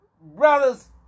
brothers